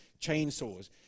chainsaws